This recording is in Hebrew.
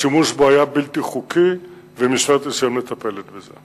השימוש בו היה בלתי חוקי, ומשטרת ישראל מטפלת בזה.